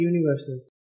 universes